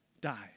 die